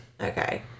Okay